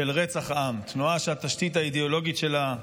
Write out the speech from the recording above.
של רצח עם, תנועה שהתשתית האידיאולוגית שלה,